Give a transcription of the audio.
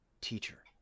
Teacher